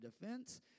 defense